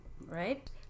right